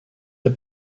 der